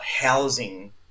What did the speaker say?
housing